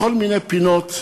בכל מיני פינות,